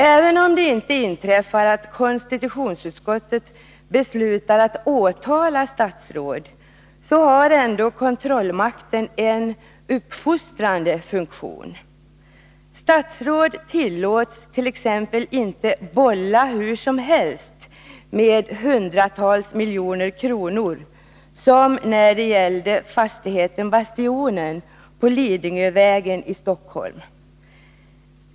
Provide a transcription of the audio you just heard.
Även om det inte inträffar att konstitutionsutskottet beslutar att åtala statsråd, har ändå kontrollmakten en uppfostrande funktion. Statsråd tillåts t.ex. inte bolla hur som helst med hundratals miljoner kronor, som när det gällde fastigheten Bastionen på Lidingövägen i Stockholm.